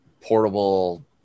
portable